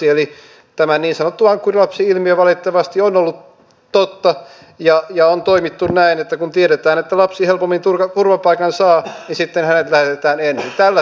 eli tämä niin sanottu ankkurilapsi ilmiö valitettavasti on ollut totta ja on toimittu näin että kun tiedetään että lapsi helpommin turvapaikan saa niin sitten hänet lähetetään ensin